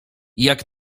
jak